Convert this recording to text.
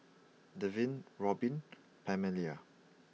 Devin Robin and Pamelia